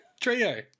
Trio